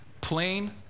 plain